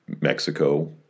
Mexico